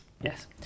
Yes